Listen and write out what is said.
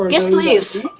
yes, please.